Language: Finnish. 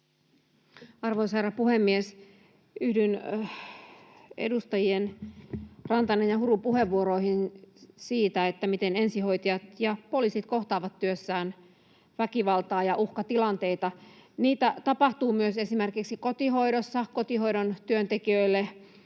Arvoisa herra puhemies! Yhdyn edustajien Rantanen ja Huru puheenvuoroihin siitä, miten ensihoitajat ja poliisit kohtaavat työssään väkivaltaa ja uhkatilanteita. Niitä tapahtuu myös esimerkiksi kotihoidossa, kotihoidon työntekijöille